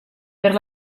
per